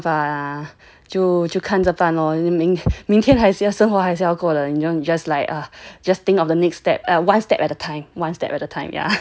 对没有办法就看着办 loh 明天还是要生活还是要过的 just like err just think of the next step one step at a time one step at a time ya